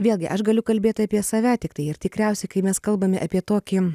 vėlgi aš galiu kalbėt apie save tiktai ir tikriausiai kai mes kalbame apie tokį